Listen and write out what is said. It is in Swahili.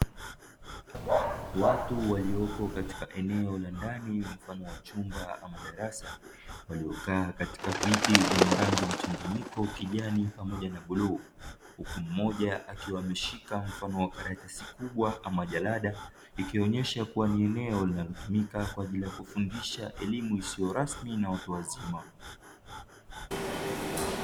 Watu waliopo katika eneo la ndani mfano wa chumba ama darasa waliokaa katika viti vyenye rangi mchanganyiko kijani pamoja na bluu, huku mmoja akiwa ameshika mfano wa karatasi kubwa ama jarada ikionyesha kuwa ni eneo linalotumika kwa ajili ya kufundisha elimu isiyo rasmi na watu wazima.